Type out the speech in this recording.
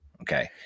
okay